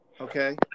okay